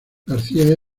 garcía